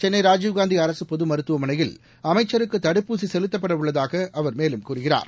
சென்னை ராஜீவ்காந்தி அரசு பொது மருத்துவமனையில் அமைச்சருக்கு தடுப்பூசி செலுத்தப்பட உள்ளதாக அவர் மேலும் கூறுகிறார்